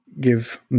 give